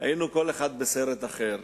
היינו כל אחד בסרט אחר.